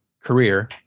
career